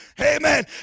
Amen